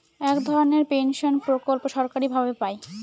এক ধরনের পেনশন প্রকল্প সরকারি ভাবে পাই